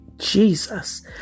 jesus